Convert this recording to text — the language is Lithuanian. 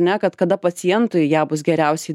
ne kad kada pacientui ją bus geriausiai